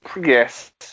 Yes